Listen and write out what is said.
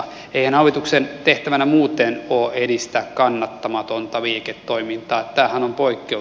eihän hallituksen tehtävänä muuten ole edistää kannattamatonta liiketoimintaa tämähän on poikkeus